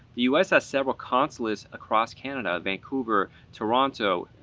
the us has several consulates across canada vancouver, toronto,